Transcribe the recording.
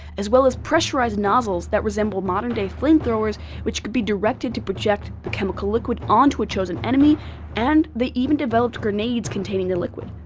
as well as pressurized nozzles that resemble modern-day flamethrowers which could be directed to project the chemical liquid onto a chosen enemy and they even developed grenades containing the liquid.